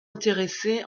intéressé